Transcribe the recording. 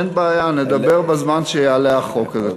אין בעיה, נדבר בזמן שיעלה החוק הזה.